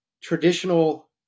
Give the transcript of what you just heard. traditional